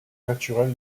naturel